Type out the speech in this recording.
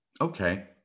okay